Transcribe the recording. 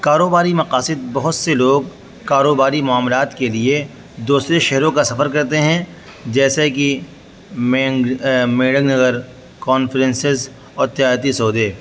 کاروباری مقاصد بہت سے لوگ کاروباری معاملات کے لیے دوسرے شہروں کا سفر کرتے ہیں جیسے کہ کانفرنسز اور تجارتی سودے